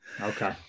Okay